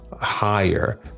higher